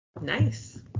nice